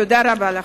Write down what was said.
תודה רבה לכם.